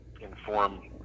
inform